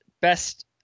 best